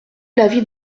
l’avis